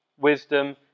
wisdom